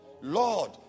Lord